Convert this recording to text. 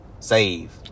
save